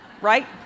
Right